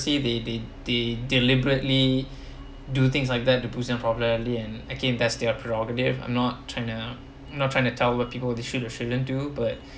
they they they deliberately do things like that to boost their popularity again test their prerogative I'm not trying I'm not trying to tell what people they should or shouldn't do but